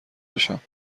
بشم